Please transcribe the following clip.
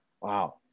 wow